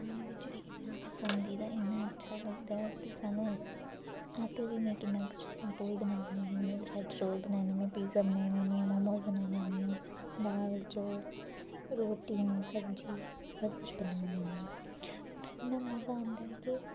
खाने बिच बी इ'न्ना पसंदीदा इ'न्ना अच्छा लगदा ऐ की सानूं आपूं बी में कि'न्ना कुछ बनानी में ब्रेड रोल बनाई लैनी आं पिज़्ज़ा बनाई लैनी आं मोमोज़ बनाई लैनी आं अ'ऊं दाल चोल रोटियां सब्ज़ी सब कुछ बना लैनी आं होर इ'न्ना मज़ा आंदा ऐ कि